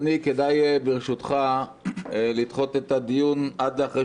כדאי ברשותך לדחות את הדיון עד אחרי